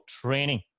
training